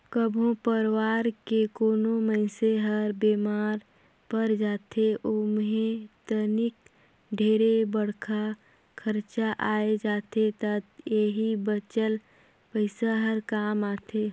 कभो परवार के कोनो मइनसे हर बेमार पर जाथे ओम्हे तनिक ढेरे बड़खा खरचा आये जाथे त एही बचाल पइसा हर काम आथे